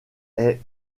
est